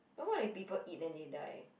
but what if people eat then they die